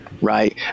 Right